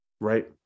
right